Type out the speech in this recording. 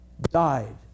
died